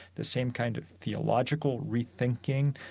the same kind of theological rethinking,